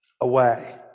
away